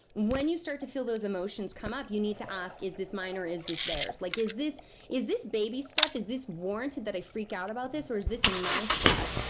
when you start to feel those emotions come up, you need to ask, is this mine, or is this theirs? like is this is this baby stuff? is this warranted that i freak out about this, or is this my stuff?